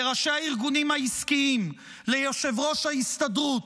לראשי הארגונים העסקיים, ליושב-ראש ההסתדרות,